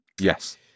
Yes